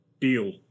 Deal